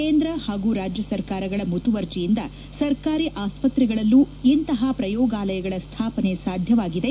ಕೇಂದ್ರ ಹಾಗೂ ರಾಜ್ಯ ಸರ್ಕಾರಗಳ ಮುತುವರ್ಜಿಯಿಂದ ಸರ್ಕಾರಿ ಆಸ್ಪತ್ರೆಗಳಲ್ಲೂ ಇಂತಪ ಪ್ರಯೋಗಾಲಯಗಳ ಸ್ಟಾಪನೆ ಸಾಧ್ಯವಾಗಿದೆ